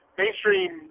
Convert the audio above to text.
mainstream